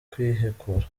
kwihekura